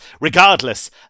regardless